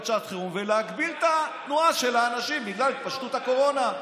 שעת חירום ולהגביל את התנועה של האנשים בגלל התפשטות הקורונה.